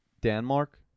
denmark